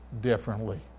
differently